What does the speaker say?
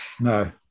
no